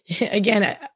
again